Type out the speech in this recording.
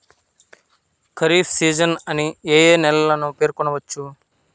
Kharif season అని ఏ ఏ నెలలను పేర్కొనవచ్చు?